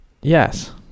Yes